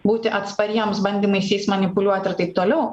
būti atspariems bandymais jais manipuliuot ir taip toliau